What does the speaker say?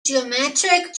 geometric